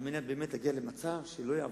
על מנת להגיע למצב שלא יעברו,